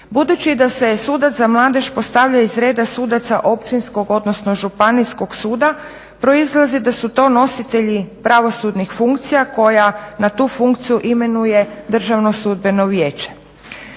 Budući da se sudac za mladež postavlja iz reda sudaca Općinskog odnosno Županijskog suda proizlazi da su to nositelji pravosudnih funkcija koja na tu funkciju imenuje Državno sudbeno vijeće.